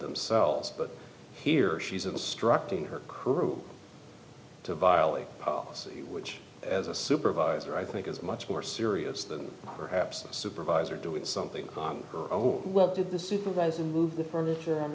themselves but here she's instructing her crew to violate policy which as a supervisor i think is much more serious than perhaps a supervisor doing something on her own what did the supervisor move the furniture on